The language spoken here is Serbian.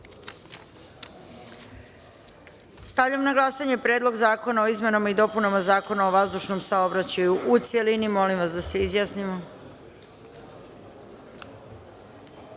zakona. Stavljam na glasanje Predlog zakona o izmenama i dopunama Zakona o vazdušnom saobraćaju, u celini. Molim vas da se